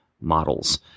models